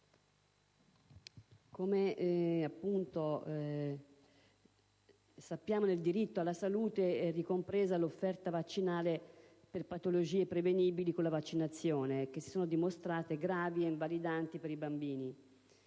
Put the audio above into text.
Presidente, nel diritto alla salute, è compresa l'offerta vaccinale per patologie prevenibili con la vaccinazione e che si sono dimostrate gravi e invalidanti per i bambini.